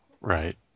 right